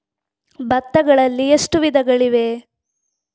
ಭತ್ತಗಳಲ್ಲಿ ಎಷ್ಟು ವಿಧಗಳಿವೆ?